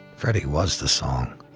freddie was the song.